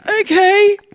okay